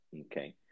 Okay